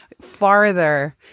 farther